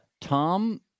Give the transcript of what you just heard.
Tom